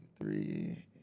three